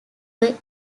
were